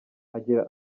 agira